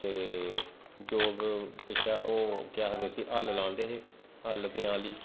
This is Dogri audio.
ते जोग पिच्छे ओह् केह् आखदे उस्सी हल्ल लांदे हे ते हल्ल पंजाली